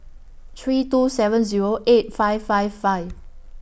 three two seven Zero eight five five five